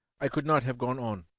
i could not have gone on.